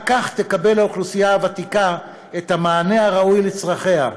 רק כך תקבל האוכלוסייה הוותיקה את המענה הראוי לצרכיה,